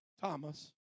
Thomas